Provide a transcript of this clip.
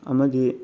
ꯑꯃꯗꯤ